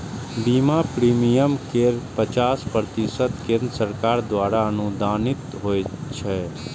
बीमा प्रीमियम केर पचास प्रतिशत केंद्र सरकार द्वारा अनुदानित होइ छै